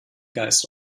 geist